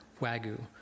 Wagyu